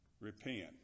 repent